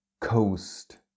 COAST